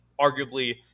arguably –